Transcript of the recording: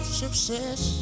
success